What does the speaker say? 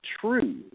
true